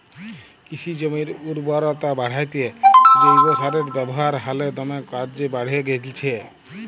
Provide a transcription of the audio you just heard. কিসি জমির উরবরতা বাঢ়াত্যে জৈব সারের ব্যাবহার হালে দমে কর্যে বাঢ়্যে গেইলছে